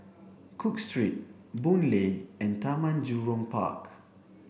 Cook Street Boon Lay and Taman Jurong Park